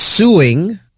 Suing